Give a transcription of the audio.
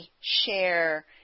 share